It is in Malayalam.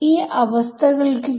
നമുക്ക് അത് എടുത്ത് സോൾവ്ചെയ്യാം